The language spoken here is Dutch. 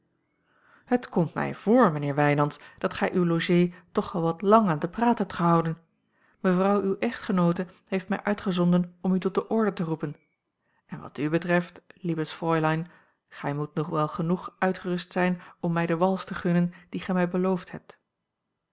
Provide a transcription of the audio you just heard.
het komt mij voor mijnheer wijnands dat gij uwe logée toch wel wat lang aan den praat hebt gehouden mevrouw uwe echtgenoote heeft mij uitgezonden om u tot de orde te roepen en wat u betreft liebes fräulein gij moet nu wel genoeg uitgerust zijn om mij de wals te gunnen die gij mij beloofd hebt